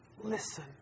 Listen